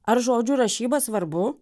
ar žodžių rašyba svarbu